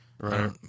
Right